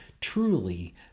truly